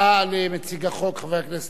לנציג החוק, חבר הכנסת אורי אורבך.